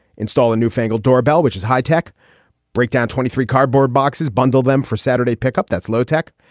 install a new fangled doorbell, which is high tech breakdown. twenty three cardboard boxes, bundle them for saturday pickup. that's low tech.